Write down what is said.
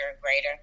greater